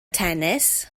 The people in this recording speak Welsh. tennis